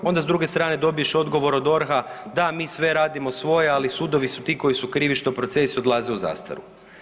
Onda s druge strane dobiješ odgovor od DORH-a da mi sve radimo svoje, ali sudovi su ti koji su krivi što proces odlazi u zastaru.